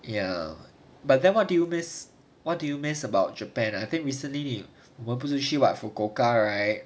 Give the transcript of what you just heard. ya but then what do you miss what do you miss about japan I think recently 我们不是去 fukuoka right